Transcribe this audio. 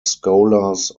scholars